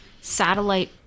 satellite